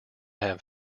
have